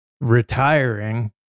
retiring